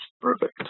Perfect